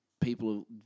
people